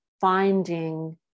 finding